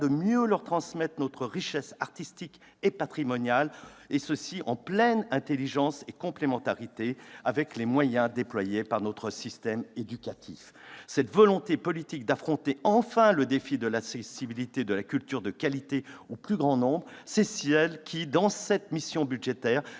de mieux leur transmettre notre richesse artistique et patrimoniale en pleine intelligence et complémentarité avec les moyens déployés par notre système éducatif ? Cette volonté politique d'affronter enfin le défi de l'accessibilité de la culture de qualité au plus grand nombre, c'est celle qui, dans cette mission budgétaire,